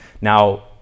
now